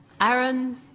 Aaron